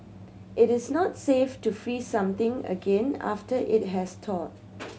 it is not safe to freeze something again after it has thawed